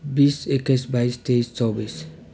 बिस एकाइस बाइस तेइस चौबिस